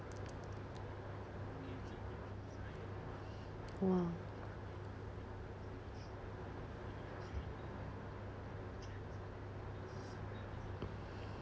!wah!